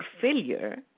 failure